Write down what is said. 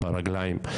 ברגליים,